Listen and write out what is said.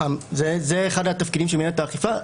זה אחד התפקידים של מינהלת האכיפה.